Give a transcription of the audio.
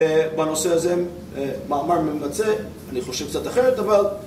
בנושא הזה מאמר ממצה, אני חושב קצת אחרת אבל